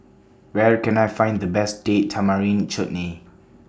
Where Can I Find The Best Date Tamarind Chutney